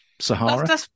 Sahara